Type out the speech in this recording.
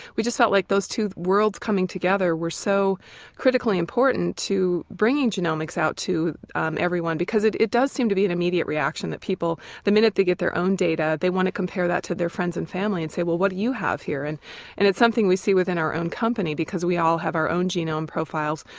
we just felt like those two worlds coming together were so critically important to bringing genomics out to um everyone. because it it does seem to be an immediate reaction that people the minute they get their own data they want to compare that to their friends and family and say well, what do you have here? and and it's something we see within our own company because we all have our own genome profiles,